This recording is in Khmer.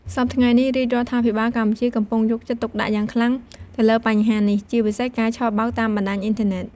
សព្វថ្ងៃនេះ រាជរដ្ឋាភិបាលកម្ពុជា កំពុង យកចិត្តទុកដាក់យ៉ាងខ្លាំង ទៅលើបញ្ហានេះ ជាពិសេសការឆបោកតាមបណ្ដាញអ៊ីនធឺណិត។